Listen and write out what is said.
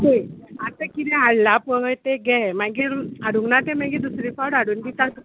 थंय आतां किदें हाडलां पळय तें घे मागीर हाडूंक ना तें मागीर दुसरे फावट हाडून दिता तुका